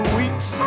weeks